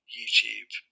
YouTube